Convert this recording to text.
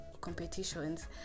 competitions